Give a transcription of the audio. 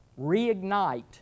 Reignite